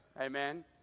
Amen